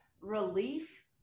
relief